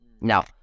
now